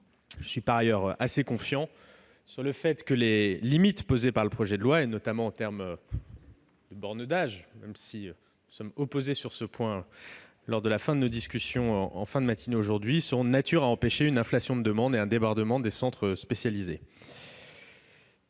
Je suis assez confiant sur le fait que les limites posées par le projet de loi, notamment en termes de bornes d'âge- même si nous nous sommes opposés sur ce point lors des discussions de la fin de la matinée -, seront de nature à empêcher une inflation des demandes et un débordement des centres spécialisés.